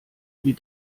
wie